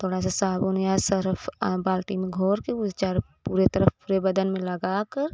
थोड़ा सा साबुन या सरफ आं बाल्टी में घोर के ऊ चारो पूरे तरफ पूरे बदन में लगाकर